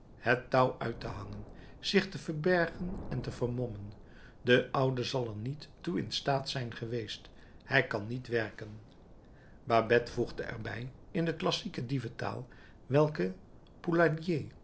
het touw uit te hangen zich te verbergen en te vermommen de oude zal er niet toe in staat zijn geweest hij kan niet werken babet voegde er bij in de classieke dieventaal welke